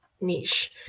niche